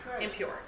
Impure